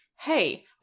hey